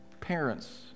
parents